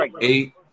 eight